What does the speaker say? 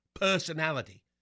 personality